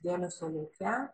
dėmesio lauke